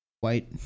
white